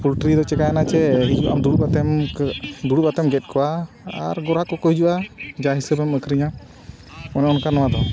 poultry ᱫᱚ ᱪᱮᱠᱟᱹᱭᱱᱟ ᱡᱮ ᱦᱤᱡᱩᱜ ᱟᱢ ᱫᱩᱲᱩᱵ ᱠᱟᱛᱮᱢ ᱫᱩᱲᱩᱵ ᱠᱟᱛᱮᱢ ᱜᱮᱫ ᱠᱚᱣᱟ ᱟᱨ ᱜᱚᱲᱟ ᱠᱚᱠᱚ ᱦᱤᱡᱩᱜᱼᱟ ᱡᱟ ᱦᱤᱥᱟᱹᱵᱮᱢ ᱟᱹᱠᱷᱨᱤᱧᱟ ᱚᱱᱮ ᱚᱱᱠᱟ ᱱᱚᱣᱟ ᱫᱚ